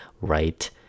right